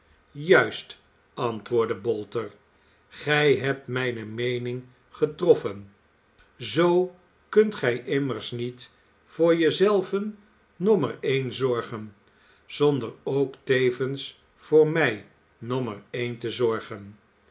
juist antwoordde bolter gij hebt mijne meen'ng getroffen zoo kunt gij immers niet voor je zelven nommer één zorgen zonder ook tevens voor mij nommer één te zorgen